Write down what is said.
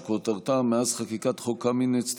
שכותרתה: מאז חקיקת חוק קמיניץ,